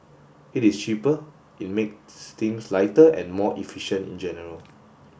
it is cheaper it makes things lighter and more efficient in general